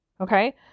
okay